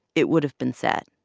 it would have been set.